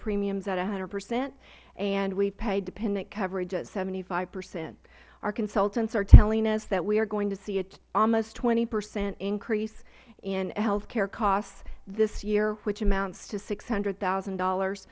premiums at one hundred percent and we have paid dependent coverage at seventy five percent our consultants are telling us that we are going to see an almost twenty percent increase in health care costs this year which amounts to six hundred thousand dollars